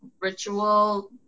ritual